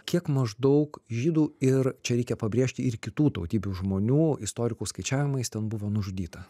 kiek maždaug žydų ir čia reikia pabrėžti ir kitų tautybių žmonių istorikų skaičiavimais ten buvo nužudyta